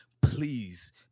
please